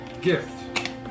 gift